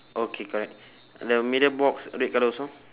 okay correct the middle box red colour also